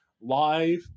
live